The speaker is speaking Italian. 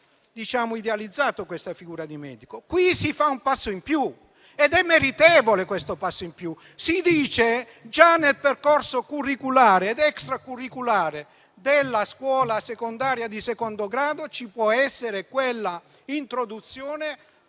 Qui si fa un passo in più, che è meritevole, dicendo che già nel percorso curriculare ed extracurriculare della scuola secondaria di secondo grado, ci può essere una introduzione